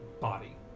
body